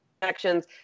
connections